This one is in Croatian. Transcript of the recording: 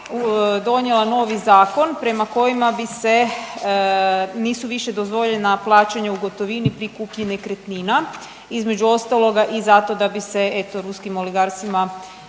donijela novi zakon prema kojima bi se, nisu više dozvoljena plaćanja u gotovini pri kupnji nekretnina između ostaloga i zato da bi se eto ruskim oligarsima